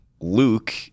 Luke